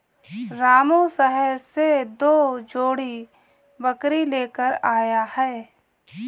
रामू शहर से दो जोड़ी बकरी लेकर आया है